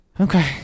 Okay